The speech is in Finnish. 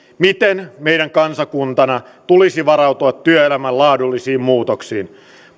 miten meidän kansakuntana tulisi varautua työelämän laadullisiin muutoksiin